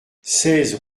seize